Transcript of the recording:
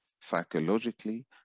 psychologically